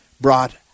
brought